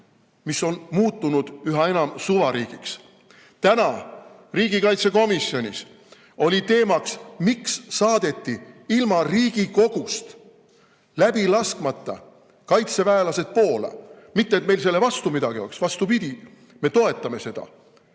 mis on muutunud üha enam suvariigiks. Täna riigikaitsekomisjonis oli teemaks, miks saadeti ilma Riigikogust läbi laskmata kaitseväelased Poola. Mitte et meil selle vastu midagi oleks, vastupidi, me toetame seda.